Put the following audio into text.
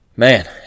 Man